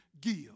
give